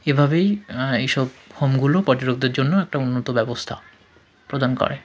এভাবেই এই সব হোমগুলো পর্যটকদের জন্য একটা উন্নত ব্যবস্থা প্রদান করে